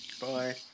Bye